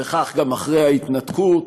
וכך גם אחרי ההתנקות,